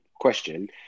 question